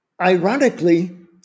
Ironically